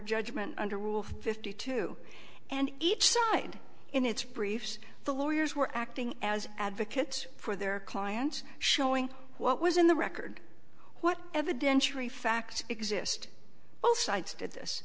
judgment under rule fifty two and each side in its briefs the lawyers were acting as advocates for their clients showing what was in the record what evidentiary fact exist both sides did this